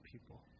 people